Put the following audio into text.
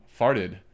farted